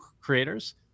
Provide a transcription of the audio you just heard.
creators